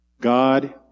God